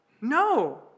No